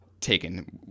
taken